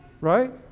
right